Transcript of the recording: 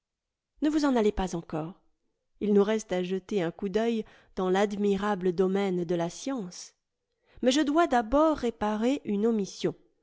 ne vous en allez pas encore il nous reste à jeter un coup d'oeil dans l'admirable domaine de la science mais je dois d'abord réparer une omission